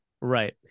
Right